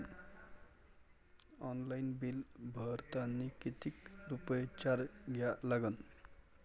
Online bill भरतानी कितीक रुपये चार्ज द्या लागन?